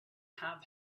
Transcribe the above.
have